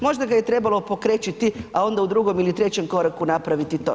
Možda ga je trebalo pokrečiti, a onda u drugom ili trećem koraku napraviti to?